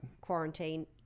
quarantine